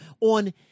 on